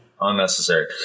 unnecessary